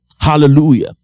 hallelujah